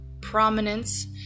prominence